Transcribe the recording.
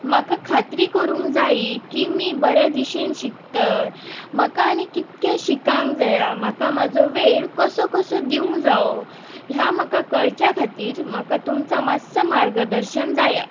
म्हाका खात्री करूंक जाय की मी बरे दिशेन शिकतय म्हाका आनी कितलें शिकूंक जाय म्हाका म्हजो वेळ कसो कसो दिवंक जाय हें म्हाका कळचे खातीर म्हाका तुमचें मातशें मार्गदर्शन जाय